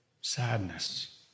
sadness